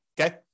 okay